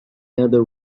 other